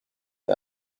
the